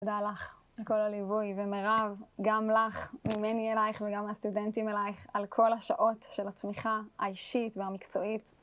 תודה לך על כל הליווי, ומירב - גם לך, ממני אלייך וגם מהסטודנטים אלייך על כל השעות של התמיכה האישית והמקצועית,